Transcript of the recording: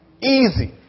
Easy